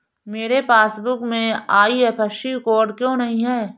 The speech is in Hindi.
मेरे पासबुक में आई.एफ.एस.सी कोड क्यो नहीं है?